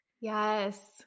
yes